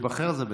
להיבחר זה בסדר.